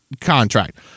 contract